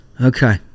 Okay